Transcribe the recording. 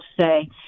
say